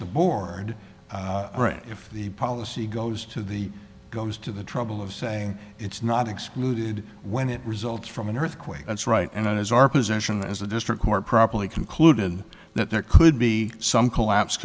the board if the policy goes to the goes to the trouble of saying it's not excluded when it results from an earthquake that's right and it is our position as a district court properly concluded that there could be some collapse